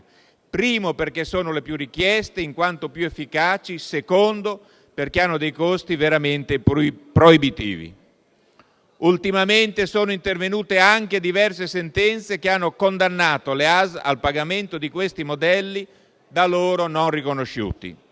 perché sono le più richieste, in quanto più efficaci, e in secondo luogo perché hanno costi veramente proibitivi. Ultimamente sono intervenute anche diverse sentenze che hanno condannato le ASL al pagamento di questi modelli da loro non riconosciuti.